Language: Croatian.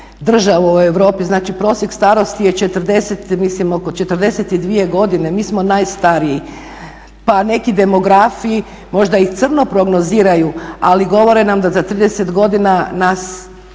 država u Europi. Znači prosjek starosti je 40, mislim oko 42 godine, mi smo najstariji. Pa neki demografi možda i crno prognoziraju ali govore nam da za 30 godina nas